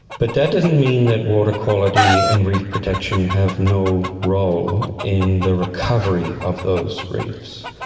but that doesn't mean that water quality and reef protection have no role in the recovery of those reefs.